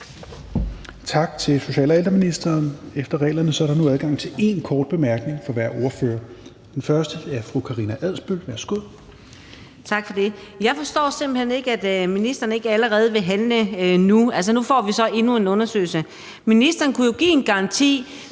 Tak til social- og ældreministeren. Efter reglerne er der nu adgang til én kort bemærkning fra hver ordfører. Den første er til fru Karina Adsbøl. Værsgo. Kl. 17:12 Karina Adsbøl (DF): Tak for det. Jeg forstår simpelt hen ikke, at ministeren ikke allerede vil handle nu. Altså, nu får vi så endnu en undersøgelse. Ministeren kunne jo give en garanti